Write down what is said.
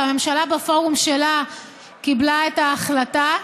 אבל הממשלה בפורום שלה קיבלה את ההחלטה.